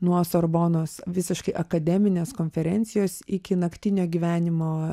nuo sorbonos visiškai akademinės konferencijos iki naktinio gyvenimo